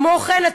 כמו כן,